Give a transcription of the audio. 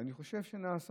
ואני חושב שנעשה.